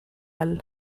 all